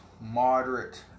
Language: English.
moderate